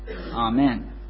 amen